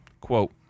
quote